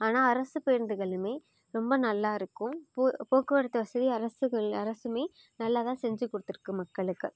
ஆனால் அரசு பேருந்துகளுமே ரொம்ப நல்லாயிருக்கும் போக்குவரத்து வசதி அரசுகளு அரசுமே நல்லாதான் செஞ்சு கொடுத்துருக்கு மக்களுக்கு